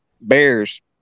Bears